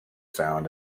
found